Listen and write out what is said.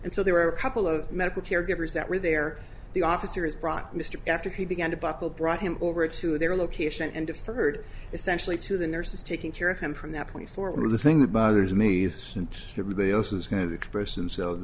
and so there were a couple of medical care givers that were there the officer is brought mr after he began to buckle brought him over to their location and deferred essentially to the nurses taking care of him from that point forward the thing that bothers me is and everybody else is going to express themselves